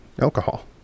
alcohol